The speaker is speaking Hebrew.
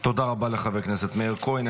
תודה רבה לחבר הכנסת מאיר כהן.